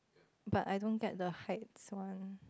but I don't get the heights one